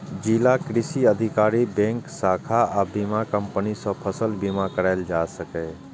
जिलाक कृषि अधिकारी, बैंकक शाखा आ बीमा कंपनी सं फसल बीमा कराएल जा सकैए